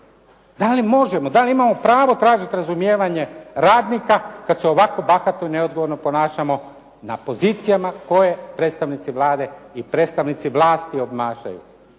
Da li možemo, da li imamo pravo tražiti razumijevanje radnika kada se ovako bahato i neodgovorno ponašamo na pozicijama koje predstavnici Vlade i predstavnici vlasti obnašaju?